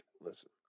Listen